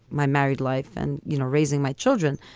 my married life. and, you know, raising my children.